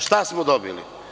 Šta smo dobili?